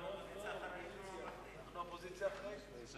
אתם אופוזיציה אחראית.